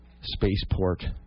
spaceport